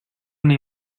una